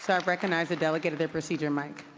sort of recognize the delegate at the procedure mic.